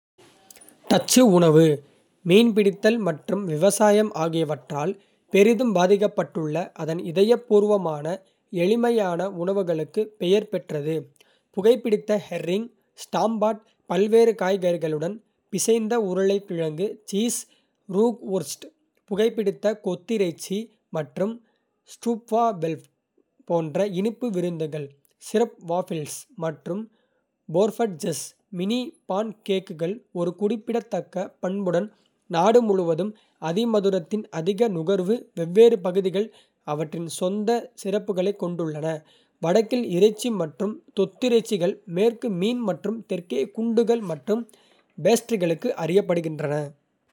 டச்சு உணவு, மீன்பிடித்தல் மற்றும் விவசாயம் ஆகியவற்றால் பெரிதும் பாதிக்கப்பட்டுள்ள அதன் இதயப்பூர்வமான, எளிமையான உணவுகளுக்கு பெயர் பெற்றது. புகைபிடித்த ஹெர்ரிங், ஸ்டாம்பாட் பல்வேறு காய்கறிகளுடன் பிசைந்த உருளைக்கிழங்கு, சீஸ், ரூக்வொர்ஸ்ட். புகைபிடித்த தொத்திறைச்சி, மற்றும் ஸ்ட்ரூப்வாஃபெல்ஸ் போன்ற இனிப்பு விருந்துகள் சிரப் வாஃபிள்ஸ் மற்றும் போஃபர்ட்ஜெஸ் மினி பான்கேக்குகள். ஒரு குறிப்பிடத்தக்க பண்புடன் நாடு முழுவதும் அதிமதுரத்தின் அதிக நுகர்வு வெவ்வேறு பகுதிகள் அவற்றின் சொந்த சிறப்புகளைக் கொண்டுள்ளன, வடக்கில் இறைச்சி மற்றும் தொத்திறைச்சிகள். மேற்கு மீன் மற்றும் தெற்கே குண்டுகள் மற்றும் பேஸ்ட்ரிகளுக்கு அறியப்படுகின்றன.